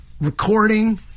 recording